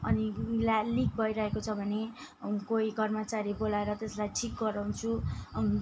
अनि ल्या लिक भइरहेको छ भने कोही कर्मचारी बोलाएर त्यसलाई ठिक गराउँछु